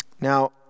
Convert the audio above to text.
Now